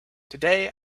today